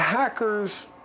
Hackers